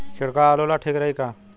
छिड़काव आलू ला ठीक रही का?